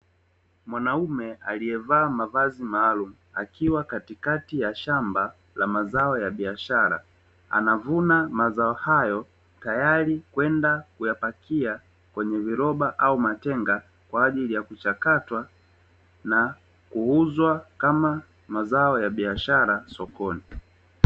Mwanaume aliyevaa mavazi maalumu akiwa katikati ya shamba la mazao ya biashara, anavuna mazao hayo tayari kwenda kuyapakia kwenye viroba au matenga kwa ajili ya kuchakatwa na kuuzwa kama mazao ya biashara sokoni.